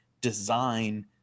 design